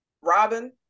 Robin